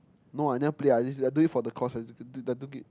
no I never Play I just I do it for the cause of I took it